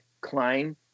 Klein